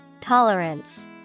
Tolerance